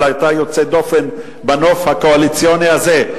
אבל אתה יוצא דופן בנוף הקואליציוני הזה,